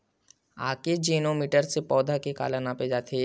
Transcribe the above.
आकजेनो मीटर से पौधा के काला नापे जाथे?